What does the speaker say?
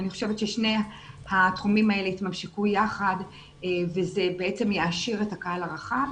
אני חושבת ששני התחומים האלה יתממשקו יחד וזה באמת יעשיר את הקהל הרחב.